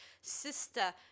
sister